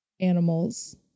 Animals